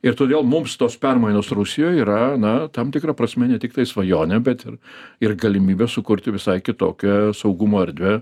ir todėl mums tos permainos rusijoj yra na tam tikra prasme ne tiktai svajonė bet ir ir galimybė sukurti visai kitokią saugumo erdvę